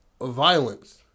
violence